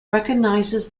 recognizes